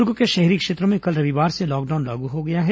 दुर्ग के शहरी क्षेत्रों में कल रविवार से लॉकडाउन लागू हो गया है